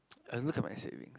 I have to look at my savings